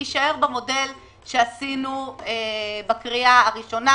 להישאר במודל שעשינו בקריאה הראשונה,